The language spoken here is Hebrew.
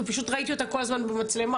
פשוט ראיתי אותה כל הזמן במצלמה,